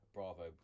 Bravo